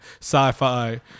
sci-fi